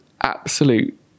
absolute